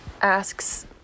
asks